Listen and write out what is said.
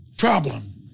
Problem